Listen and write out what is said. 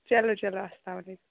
چَلو چَلو اَسلامُ علیکُم